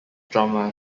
drummer